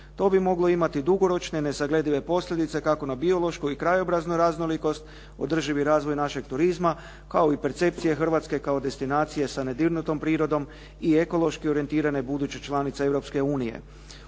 To bi moglo imati dugoročne nesagledive posljedice kako na biološkoj i krajobraznu raznolikost, održivi razvoj našeg turizma kao i percepcije Hrvatske kao destinacije sa nedirnutom prirodom i ekološki orijentirane buduće članice Europske unije.